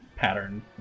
pattern